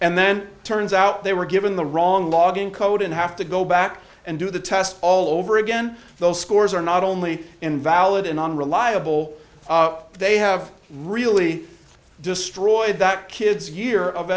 and then turns out they were given the wrong logging code and have to go back and do the test all over again those scores are not only invalid and on reliable they have really destroyed that kid's year of